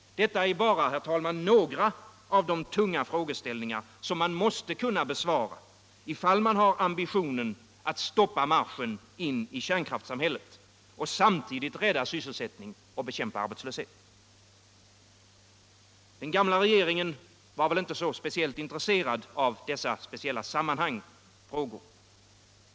Detta, herr talman, är bara några av de tunga frågeställningar som man måste kunna besvara. ifall man har ambitionen att stoppa marschen in i kärnkraftssamhätlet och samtidigt rädda sysselsättning och bekämpa arbetslöshet. Den gamla regeringen var väl inte så särskilt intresserad av dessa speciella frågor.